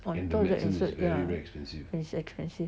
uh little get insured ya is expensive is expensive